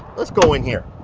let's go in here.